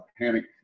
panic